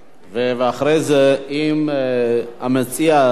אם המציע לא יבקש לעלות שוב,